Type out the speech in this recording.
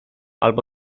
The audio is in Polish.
albo